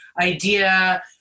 idea